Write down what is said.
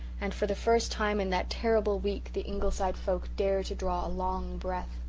and for the first time in that terrible week the ingleside folk dared to draw a long breath.